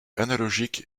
analogiques